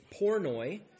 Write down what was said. pornoi